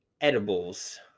edibles